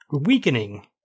weakening